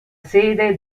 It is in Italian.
sede